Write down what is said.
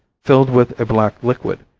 filled with a black liquid,